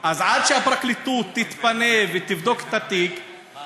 אז עד שהפרקליטות תתפנה ותבדוק את התיק,